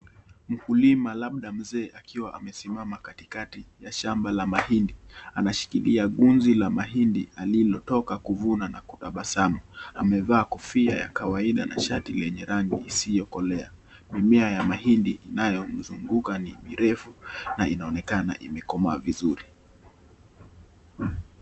Mkulima labda mzee akiwa amesimama katikati ya shamba la mahindi. Anashikilia gunzi la mahindi aliyotoka kuvuna na kutabasamu. Amevaa kofia ya kawaida na shati lenye rangi isiyokolea. Mimea ya mahindi inayomzunguka ni mirefu na inaonekana imekomaa vizuri.